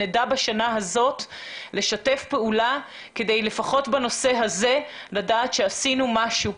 שנדע בשנה הזאת לשתף פעולה כדי לפחות בנושא הזה נדע שעשינו משהו.